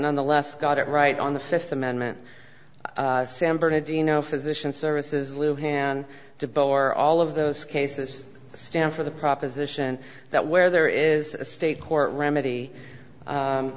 nonetheless got it right on the fifth amendment san bernadino physician services lou hand to bore all of those cases stand for the proposition that where there is a state court remedy